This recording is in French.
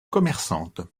commerçante